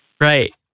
right